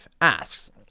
asks